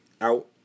Out